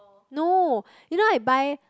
no you know I buy